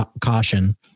caution